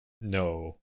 no